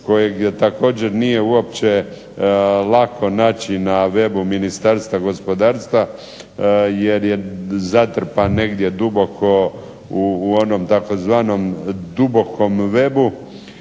koje također nije uopće lako naći na webu Ministarstva gospodarstva jer je zatrpan negdje duboko u onom tzv. dubokom webu.